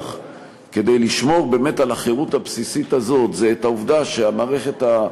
כדי לשמור באמת על החירות הבסיסית הזאת זה את העובדה שהמערכת של